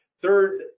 third